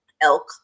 elk